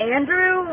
Andrew